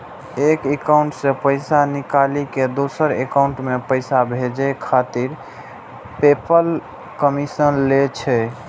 एक एकाउंट सं पैसा निकालि कें दोसर एकाउंट मे पैसा भेजै खातिर पेपल कमीशन लै छै